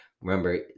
remember